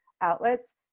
outlets